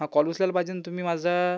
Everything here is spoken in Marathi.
हां कॉल उचालायला पाहिजे न तुम्ही माझा